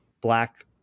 black